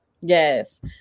yes